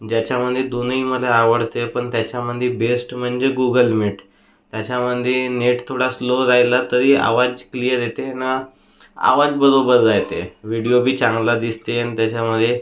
ज्याच्यामध्ये दोन्ही मला आवडते पण त्याच्यामधे बेस्ट म्हणजे गुगल मीट त्याच्यामधे नेट थोडा स्लो राहिला तरी आवाज क्लियर येते आणि आवाज बरोबर रहाते व्हिडिओबी चांगला दिसते आणि त्याच्यामध्ये